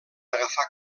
agafar